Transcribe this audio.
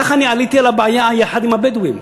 כך אני עליתי על הבעיה יחד עם הבדואים.